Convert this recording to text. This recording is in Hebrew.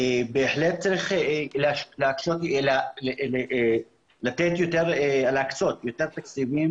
בהחלט צריך להקצות יותר תקציבים